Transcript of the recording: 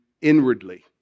inwardly